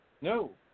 No